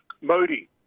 Modi